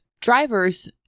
Drivers